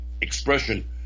expression